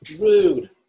Rude